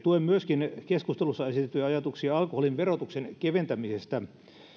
tuen myöskin keskustelussa esitettyjä ajatuksia alkoholin verotuksen keventämisestä